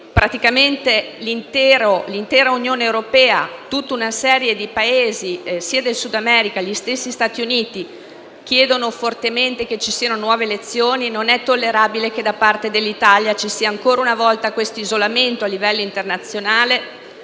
dopo che l'intera Unione europea e tutta una serie di Paesi del Sudamerica e gli stessi Stati Uniti chiedono fortemente che ci siano nuove elezioni. Non è tollerabile che da parte dell'Italia ci sia ancora una volta questo isolamento a livello internazionale,